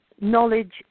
knowledge